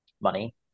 money